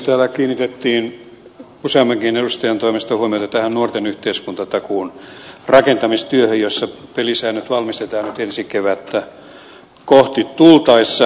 täällä kiinnitettiin useammankin edustajan toimesta huomiota tähän nuorten yhteiskuntatakuun rakentamistyöhön jossa pelisäännöt valmistetaan nyt ensi kevättä kohti tultaessa